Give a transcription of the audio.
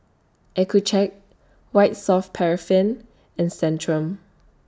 Accucheck White Soft Paraffin and Centrum